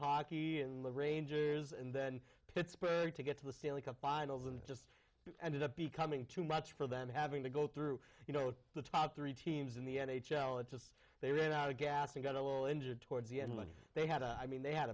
hockey and the rangers and then pittsburgh to get to the stanley cup finals and it just ended up becoming too much for them having to go through you know the top three teams in the n h l it just they ran out of gas and got a little injured towards the end when they had a i mean they had